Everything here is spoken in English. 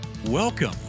Welcome